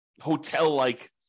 hotel-like